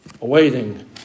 awaiting